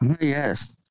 Yes